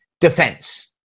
defense